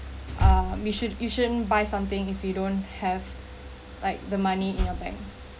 ah you shouldn't you shouldn't buy something if you don't have like the money in your bank